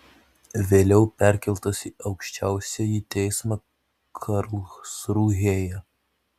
vėliau perkeltas į aukščiausiąjį teismą karlsrūhėje